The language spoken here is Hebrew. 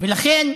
ולכן,